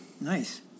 Nice